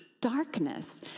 darkness